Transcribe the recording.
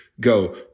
go